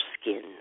skin